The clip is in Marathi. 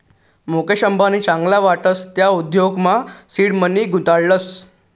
मुकेश अंबानी चांगला वाटस त्या उद्योगमा सीड मनी गुताडतस